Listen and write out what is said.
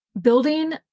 Building